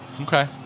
Okay